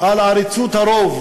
על עריצות הרוב,